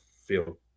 feel